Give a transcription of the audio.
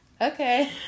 okay